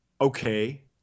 okay